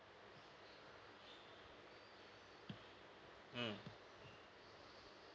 mm